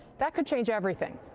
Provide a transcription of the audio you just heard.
that could change everything.